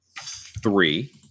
three